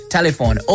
Telephone